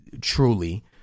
truly